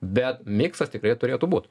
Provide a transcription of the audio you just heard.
bet miksas tikrai turėtų būt